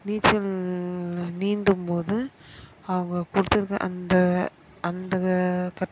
நீச்சல் நீந்தும்போது அவங்க கொடுத்துருக்க அந்த அந்த க